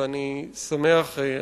ואני שמח,